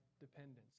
Dependence